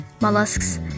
mollusks